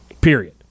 Period